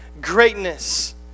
greatness